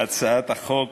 הצעת החוק